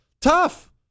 tough